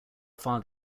far